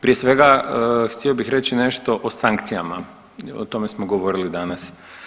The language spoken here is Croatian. Prije svega htio bih reći nešto o sankcijama, o tome smo govorili danas.